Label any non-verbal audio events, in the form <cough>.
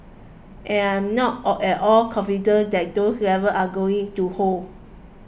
I'm not all at all confident that those <unintelligible> are going to hold